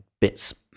bits